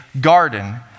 garden